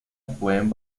pueden